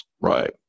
Right